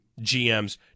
GMs